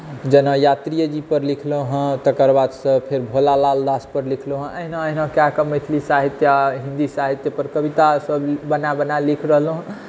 जेना यात्रीए जी पर लिखलहुँ हँ तकर बाद फेर से भोला लाल दास पर लिखलहुँ हँ एहिना एहिना कए कऽ मैथिली साहित्य आ हिन्दी साहित्य पर कविता सभ बना बना लिख रहलहुँ हँ